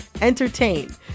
entertain